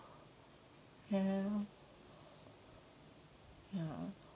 ya ya